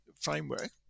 framework